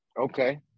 Okay